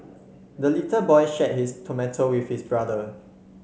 the little boy shared his tomato with his brother